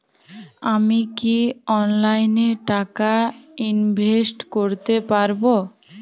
আমি কি অনলাইনে টাকা ইনভেস্ট করতে পারবো?